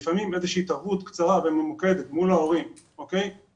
לפעמים איזושהי התערבות קצרה וממוקדת מול ההורים עוזרת.